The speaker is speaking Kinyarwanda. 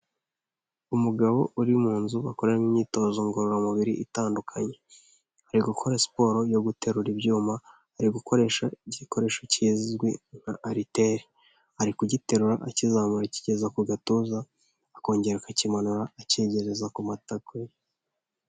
Umugabo uri mu nzu bakoreramo imyitozo ngororamubiri itandukanye, ari gukora siporo yo guterura ibyuma, ari gukoresha igikoresho kizwi nk'ariteri, ari kugiterura akizamura, akigeza ku gatuza, akongera akakimanura acyegereza ku matako ye.